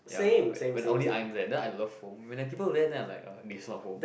ya when only I'm there then I love home when got people then I'm like ugh this not home